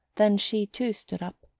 then she too stood up.